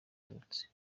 abatutsi